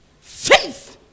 faith